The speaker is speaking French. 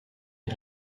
est